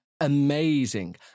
amazing